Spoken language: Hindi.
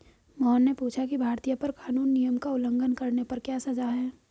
मोहन ने पूछा कि भारतीय कर कानून नियम का उल्लंघन करने पर क्या सजा है?